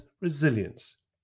resilience